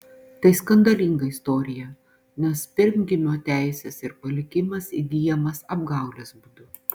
tai skandalinga istorija nes pirmgimio teisės ir palikimas įgyjamas apgaulės būdu